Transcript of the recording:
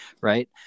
right